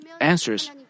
answers